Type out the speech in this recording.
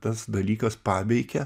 tas dalykas paveikia